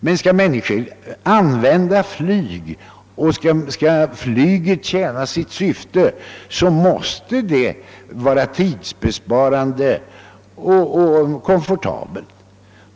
Men skall människorna använda flyget och flyget tjäna sitt syfte måste det vara tidsbesparande och komfortabelt.